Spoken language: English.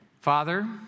Father